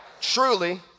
truly